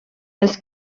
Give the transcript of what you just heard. els